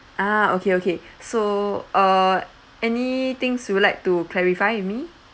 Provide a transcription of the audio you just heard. ah okay okay so uh any things you would like to clarify with me